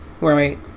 Right